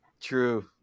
true